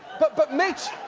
but but mitch.